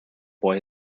boy